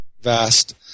vast